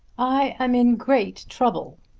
i am in great trouble,